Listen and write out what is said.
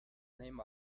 named